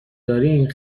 دارین